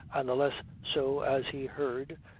and the less so as he heard,